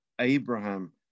Abraham